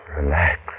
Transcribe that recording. relax